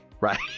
right